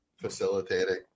facilitating